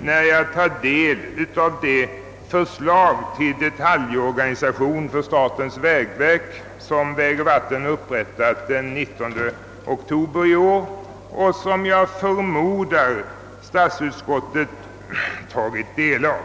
när jag läser det förslag till detaljorganisation för statens vägverk, som vägoch vattenbyggnadsstyrelsen den 19 oktober i år upprättat och som jag även förmodar att statsutskottet tagit del av.